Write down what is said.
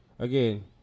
Again